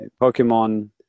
Pokemon